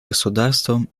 государствам